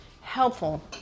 helpful